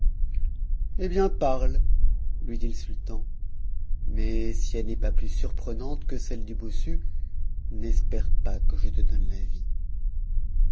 hé bien parle lui dit le sultan mais si elle n'est pas plus surprenante que celle du bossu n'espère pas que je te donne la vie